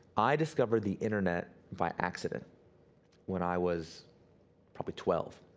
i discovered the internet by accident when i was probably twelve.